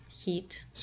heat